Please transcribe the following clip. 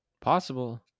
possible